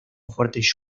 fuertes